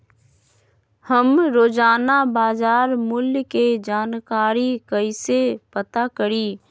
हम रोजाना बाजार मूल्य के जानकारी कईसे पता करी?